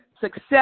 success